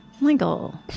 Michael